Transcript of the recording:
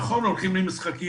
נכון, הולכים למשחקיות,